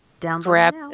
Grab